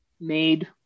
made